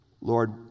Lord